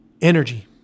Energy